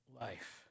life